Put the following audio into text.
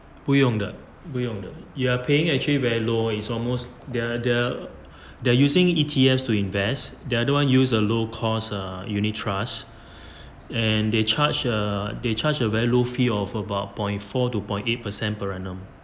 不用的不用的 you are paying actually very low is almost they're the they're using E_T_S to invest the other one use a low cost uh unit trust and they charge uh they charge a very low fee of about point four to point eight percent per annum